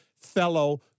fellow